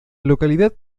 localidad